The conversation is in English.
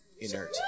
Inert